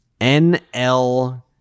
NL